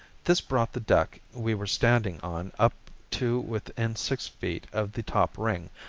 this brought the deck we were standing on up to within six feet of the top ring,